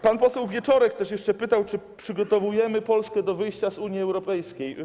Pan poseł Wieczorek też jeszcze pytał, czy przygotowujemy Polskę do wyjścia z Unii Europejskiej.